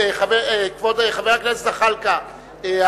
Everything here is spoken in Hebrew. כבוד חבר הכנסת זחאלקה,